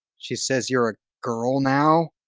she says, you're a girl now?